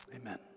amen